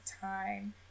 time